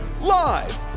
Live